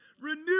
renew